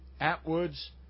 Atwood's